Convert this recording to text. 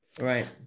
right